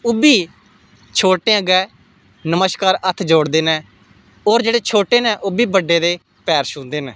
ओह् बी छोटें अग्गें नमस्कार हत्थ जोड़दे न होर जेह्ड़े छोटे न ओह् बड्डैं दे पैर छूंह्दे न